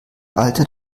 alter